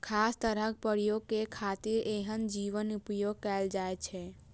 खास तरहक प्रयोग के खातिर एहन जीवक उपोयग कैल जाइ छै